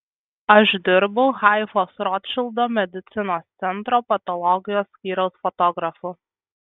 aš dirbu haifos rotšildo medicinos centro patologijos skyriaus fotografu